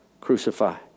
crucify